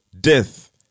death